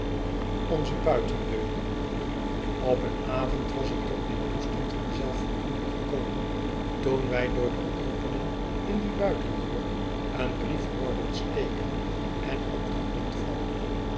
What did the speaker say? op een avond was iktotmijn toestand van zelfvoldoening gekomen toen wij door de opening in die buitendeur een brief hoorden steken en op den grond vallen